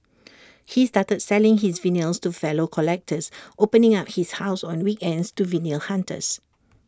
he started selling his vinyls to fellow collectors opening up his house on weekends to vinyl hunters